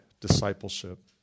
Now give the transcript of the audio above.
discipleship